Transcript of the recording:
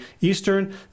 Eastern